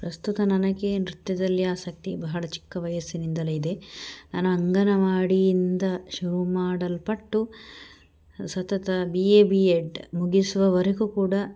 ಪ್ರಸ್ತುತ ನನಗೆ ನೃತ್ಯದಲ್ಲಿ ಆಸಕ್ತಿ ಬಹಳ ಚಿಕ್ಕ ವಯಸ್ಸಿನಿಂದಲೇ ಇದೆ ನಾನು ಅಂಗನವಾಡಿಯಿಂದ ಶುರು ಮಾಡಲ್ಪಟ್ಟು ಸತತ ಬಿ ಎ ಬಿ ಎಡ್ ಮುಗಿಸುವವರೆಗೂ ಕೂಡ